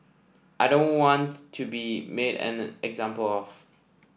I don't want to be made an example of